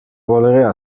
volerea